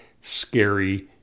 scary